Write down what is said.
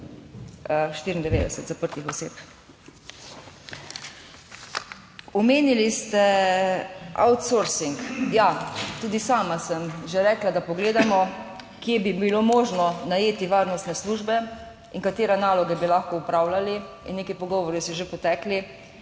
94 zaprtih oseb. Omenili ste outsourcing. Ja, tudi sama sem že rekla, da pogledamo kje bi bilo možno najeti varnostne službe in katere naloge bi lahko opravljali in neki pogovori so že potekali.